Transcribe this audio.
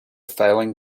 failing